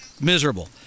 miserable